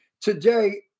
Today